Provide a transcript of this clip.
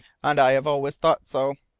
and i have always thought so.